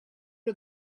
are